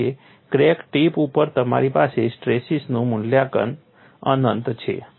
કારણ કે crack tip ઉપર તમારી પાસે સ્ટ્રેસીસનું મૂલ્ય અનંત છે